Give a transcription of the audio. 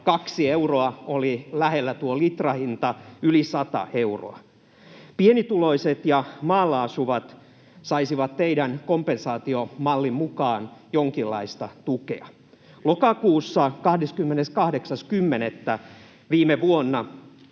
kaksi euroa oli tuo litrahinta: yli 100 euroa. Pienituloiset ja maalla asuvat saisivat teidän kompensaatiomallinne mukaan jonkinlaista tukea. Lokakuussa, 28.10., viime vuonna